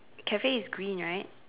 Cafe is green right